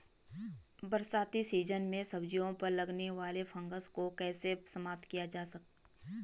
बरसाती सीजन में सब्जियों पर लगने वाले फंगस को कैसे समाप्त किया जाए?